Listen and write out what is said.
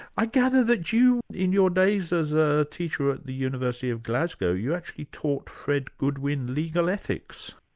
i gather that you, in your days as a teacher at the university of glasgow, you actually taught fred goodwin legal ethics?